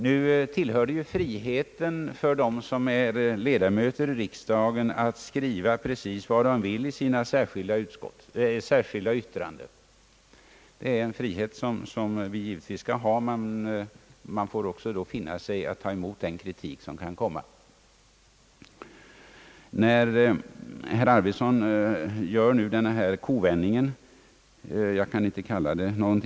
Nu står det ju varje ledamot av riksdagen fritt att skriva precis vad han vill i ett särskilt yttrande, och den friheten bör vi givetvis ha, men då får man också finna sig i att ta emot den kritik som kan följa därav. Herr Arvidson gör den här kovändningen — jag kan inte kalla det för Ang.